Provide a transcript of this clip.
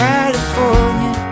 California